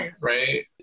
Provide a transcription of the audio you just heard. right